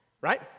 right